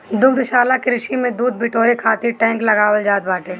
दुग्धशाला कृषि में दूध बिटोरे खातिर टैंक लगावल जात बाटे